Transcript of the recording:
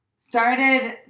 started